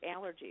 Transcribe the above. allergies